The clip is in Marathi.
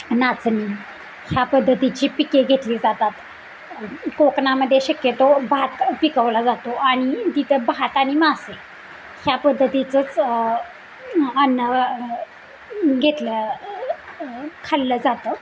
नाचणी ह्या पद्धतीची पिके घेतली जातात कोकणामध्ये शक्यतो भात पिकवला जातो आणि तिथं भात आणि मासे ह्या पद्धतीचंच अन्न घेतलं खाल्लं जातं